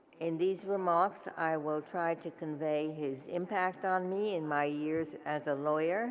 in these remarks i will try to convey his impact on me in my years as a lawyer